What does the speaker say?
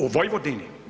U Vojvodini?